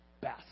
best